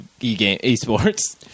eSports